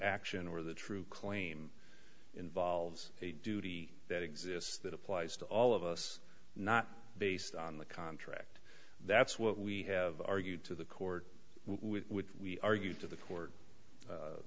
action or the true claim involves a duty that exists that applies to all of us not based on the contract that's what we have argued to the court with which we argued to the court